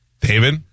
David